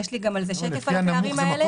יש לי גם שקף על הפערים הללו.